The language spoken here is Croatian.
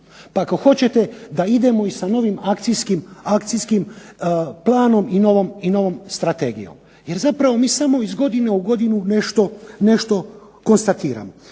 Pa ako hoćete da idemo i sa novim akcijskim planom i novom strategijom. Jer zapravo mi samo iz godine u godinu nešto konstatiramo.